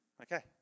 Okay